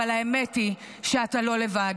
אבל האמת היא שאתה לא לבד.